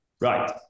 Right